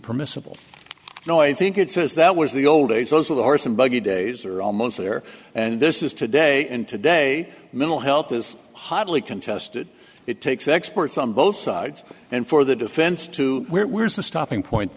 permissible no i think it says that was the old days those of the horse and buggy days are almost there and this is today and today mental health is hotly contested it takes experts on both sides and for the defense to where we're stopping point